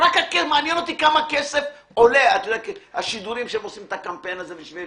ומעניין אותי כמה כסף עולה השידורים של הקמפיין שהם עושים,